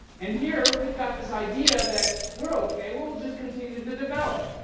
and here we've got this idea that we're ok, we'll just continue to develop.